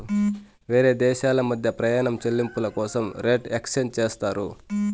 వేరే దేశాల మధ్య ప్రయాణం చెల్లింపుల కోసం రేట్ ఎక్స్చేంజ్ చేస్తారు